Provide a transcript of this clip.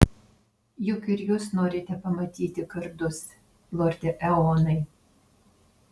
juk ir jūs norite pamatyti kardus lorde eonai